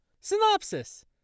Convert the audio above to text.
Synopsis